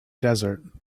desert